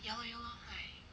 ya lor ya lor !hais!